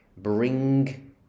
Bring